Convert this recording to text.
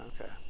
Okay